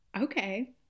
Okay